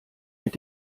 mit